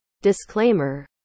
Disclaimer